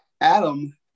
Adam